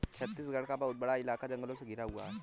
छत्तीसगढ़ का बहुत बड़ा इलाका जंगलों से घिरा हुआ है